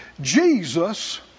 Jesus